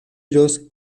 iros